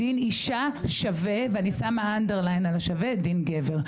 דין אישה שווה דין גבר.